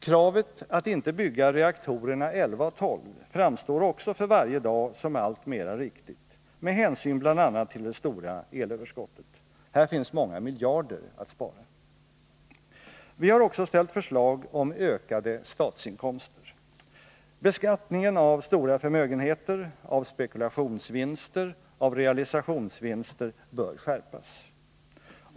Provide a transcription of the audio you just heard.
Kravet att inte bygga reaktorerna 11 och 12 framstår också för varje dag som alltmera riktigt med hänsyn bl.a. till det stora elöverskottet. Här finns många miljarder att spara. Vi har också ställt förslag om ökade statsinkomster. Beskattningen av stora förmögenheter, uv spekulationsvinster och av realisationsvinster bör skärpas.